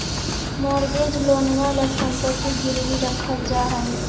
mortgage लोनवा ला सम्पत्ति गिरवी रखल जाहई